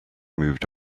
moved